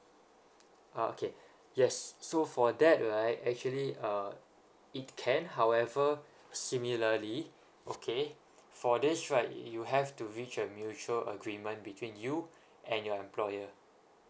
uh okay yes so for that right actually uh it can however similarly okay for this right you have to reach a mutual agreement between you and your employer